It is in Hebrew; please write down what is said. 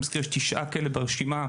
אני מזכיר שיש 9 כאלה ברשימה,